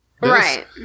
Right